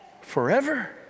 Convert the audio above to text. forever